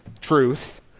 truth